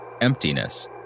emptiness